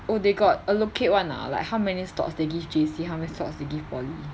oh they got allocate [one] ah like how many slots they give J_C many slots they give poly